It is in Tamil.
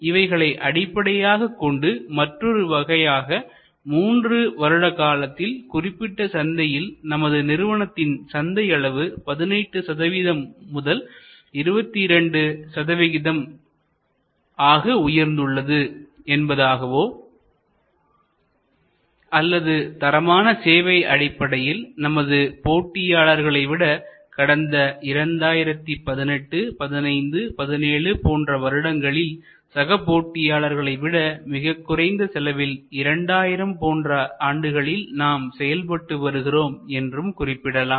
இவைகளை அடிப்படையாகக் கொண்டு மற்றொரு வகையாக மூன்று வருட காலத்தில் குறிப்பிட்ட சந்தையில் நமது நிறுவனத்தின் சந்தை அளவு 18 முதல் 22 ஆக உயர்ந்துள்ளது என்பதாகவோ அல்லது தரமான சேவை அடிப்படையில் நமது போட்டியாளர்களை விட கடந்த 2018 15 17 போன்ற வருடங்களில் சக போட்டியாளர்களை விட மிகக் குறைந்த செலவில் 2000 போன்ற ஆண்டுகளில் நாம் செயல்பட்டு வருகிறோம் என்றும் குறிப்பிடலாம்